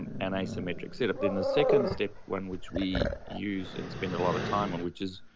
um an asymmetric setup. then the second step, one which we use and spend a lot of time on, which is